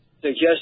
suggest